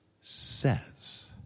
says